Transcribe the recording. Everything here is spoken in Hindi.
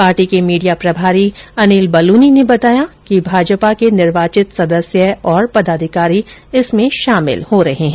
पार्टी के मीडिया प्रभारी अनिल बलूनी ने बताया कि भाजपा के निर्वाचित सदस्य और पदाधिकारी इसमें शामिल हो रहे है